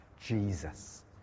Jesus